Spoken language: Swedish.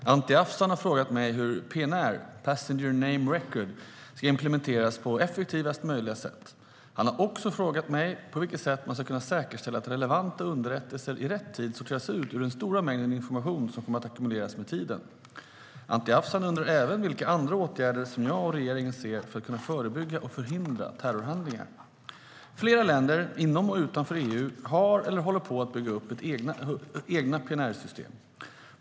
Herr talman! Anti Avsan har frågat mig hur PNR, passenger name record, ska implementeras på effektivast möjliga sätt. Han har också frågat mig på vilket sätt man ska kunna säkerställa att relevanta underrättelser sorteras ut i rätt tid ur den stora mängden information som kommer att ackumuleras med tiden. Anti Avsan undrar även vilka andra åtgärder jag och regeringen ser för att kunna förebygga och förhindra terrorhandlingar. Flera länder, inom och utanför EU, har eller håller på att bygga upp egna PNR-system.